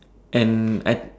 and I think